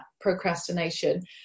procrastination